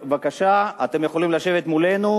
בבקשה: אתם יכולים לשבת מולנו,